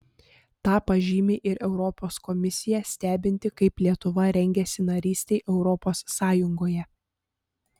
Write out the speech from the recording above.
tą pažymi ir europos komisija stebinti kaip lietuva rengiasi narystei europos sąjungoje